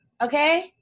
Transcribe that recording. okay